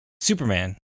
Superman